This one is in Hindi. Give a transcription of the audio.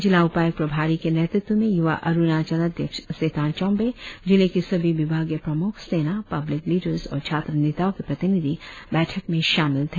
जिला उपायुक्त प्रभारी के नेतृत्व में युवा अरुणाचल अध्यक्ष सेतान चोम्बे जिले के सभी विभागीय प्रमुख सेना पब्लिक लीडर्स और छात्र नेताओं के प्रतिनिधि बैठक में शामिल थे